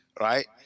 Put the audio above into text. right